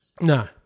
No